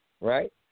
right